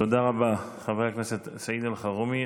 תודה רבה, חבר הכנסת סעיד אלחרומי.